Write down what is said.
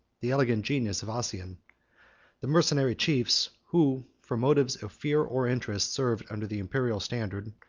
the elegant genius of ossian the mercenary chiefs, who, from motives of fear or interest, served under the imperial standard,